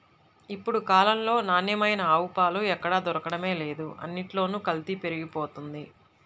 ఇప్పుడు కాలంలో నాణ్యమైన ఆవు పాలు ఎక్కడ దొరకడమే లేదు, అన్నిట్లోనూ కల్తీ పెరిగిపోతంది